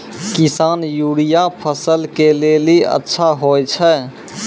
किसान यूरिया फसल के लेली अच्छा होय छै?